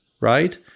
right